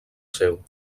seu